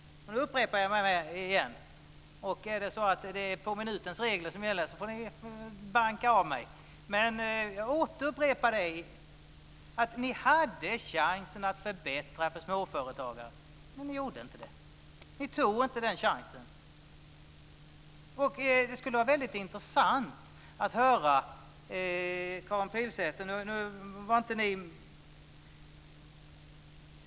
Jag upprepar mig nu igen, och om det är På minutens regler som gäller får väl klubban falla. Ni hade chansen att förbättra för småföretagare, men ni tog den inte. Det skulle vara intressant att höra Karin Pilsäters uppfattning.